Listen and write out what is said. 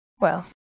Well